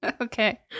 Okay